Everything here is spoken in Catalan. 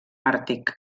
àrtic